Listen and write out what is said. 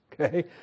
okay